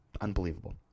Unbelievable